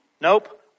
Nope